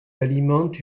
alimente